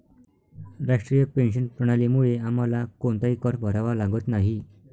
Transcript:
राष्ट्रीय पेन्शन प्रणालीमुळे आम्हाला कोणताही कर भरावा लागत नाही